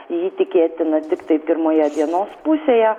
ji tikėtina tiktai pirmoje dienos pusėje